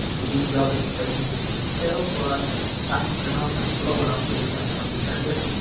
ah a good job explaining it in detail but fast enough and slow enough so you can understand it